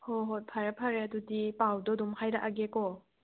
ꯍꯣ ꯍꯣꯏ ꯐꯔꯦ ꯐꯔꯦ ꯑꯗꯨꯗꯤ ꯄꯥꯎꯗꯣ ꯑꯗꯨꯝ ꯍꯥꯏꯔꯛꯑꯒꯦ ꯀꯣ